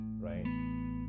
right